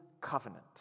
Covenant